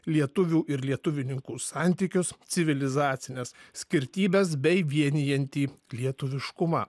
lietuvių ir lietuvininkų santykius civilizacines skirtybes bei vienijantį lietuviškumą